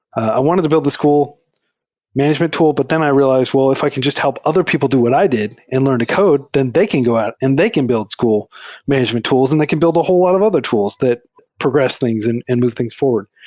i wanted to build the school management tool, but then i realized, well, if i can jus t help other people do what i did and learn to code, then they can go out and they can build school management tools, and they can build a whole lot of other tools that progress things and and move things forward,